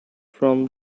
from